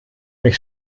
mich